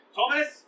Thomas